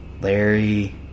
Larry